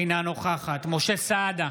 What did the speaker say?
אינה נוכחת משה סעדה,